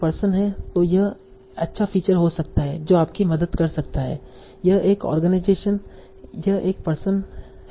तो यह अच्छा फीचर हो सकता है जो आपकी मदद कर सकता है यह एक आर्गेनाइजेशन है यह एक पर्सन है